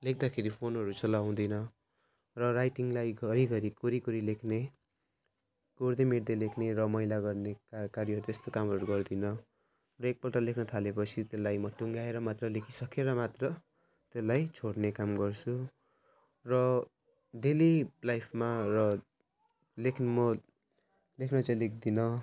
लेख्दाखेरि फोनहरू चलाउँदिनँ र राइटिङलाई घरी घरी कोरी कोरी लेख्ने कोर्दै मेट्दै लेख्ने र मैला गर्ने का कार्य त्यस्तो कामहरू गर्दिनँ र एक पल्ट लेख्न थाले पछि त्यसलाई म टुङ्ग्याएर मात्र लेखी सकेर मात्र त्यसलाई छोड्ने काम गर्छु र डेली लाइफमा र लेख्नु म लेख्न चाहिँ लेख्दिनँ